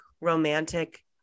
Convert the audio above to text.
romantic